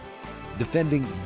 Defending